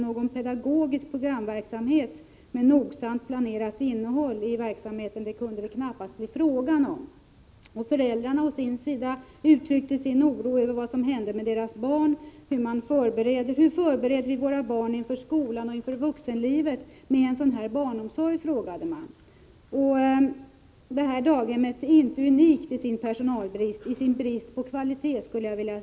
Någon pedagogisk programverksamhet med nogsamt planerat innehåll kunde det knappast bli fråga om. Föräldrarna å sin sida uttryckte sin oro över vad som hände med deras barn. Hur förbereder vi våra barn inför skolan och vuxenlivet med en sådan här barnomsorg? frågade man. Detta daghem är inte unikt när det gäller personalbrist eller när det gäller brist på kvalitet.